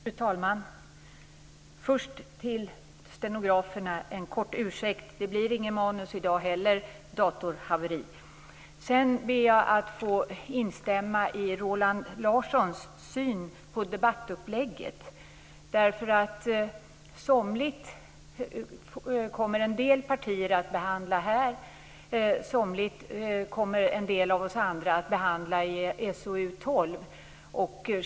Fru talman! Först en kort ursäkt till stenograferna: Det blir inget manus i dag heller - datorhaveri. Sedan ber jag att få instämma i Roland Larssons syn på debattupplägget. Somligt kommer en del partier att behandla här, somligt kommer en del av oss andra att behandla i SoU12.